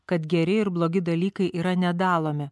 kad geri ir blogi dalykai yra nedalomi